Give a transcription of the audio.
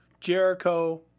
Jericho